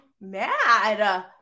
mad